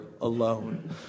alone